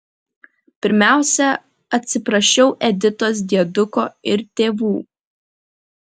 pirmiausia atsiprašiau editos dieduko ir tėvų